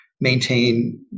maintain